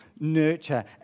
nurture